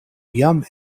jam